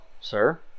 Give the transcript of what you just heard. sir